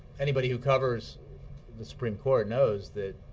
anybody who covers the supreme court knows that